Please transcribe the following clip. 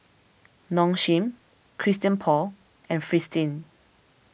Nong Shim Christian Paul and Fristine